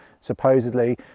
supposedly